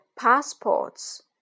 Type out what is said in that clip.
passports